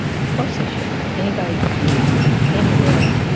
of course they should. anybody could be anywhere.